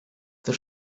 the